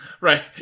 Right